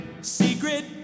Secret